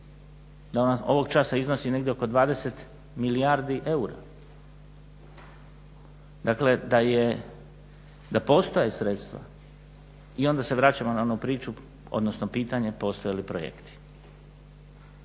ona ovog časa iznosi negdje oko 20 milijardi eura. Dakle da postoje sredstva i onda se vraćamo na ono pitanje postoje li projekti.